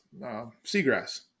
seagrass